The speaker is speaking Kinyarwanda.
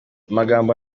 amagambo